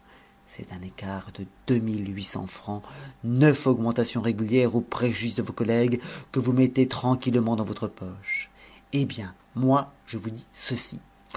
c'est un écart de deux mille huit cents francs neuf augmentations régulières au préjudice de vos collègues que vous mettez tranquillement dans votre poche eh bien moi je vous dis ceci